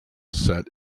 set